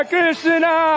Krishna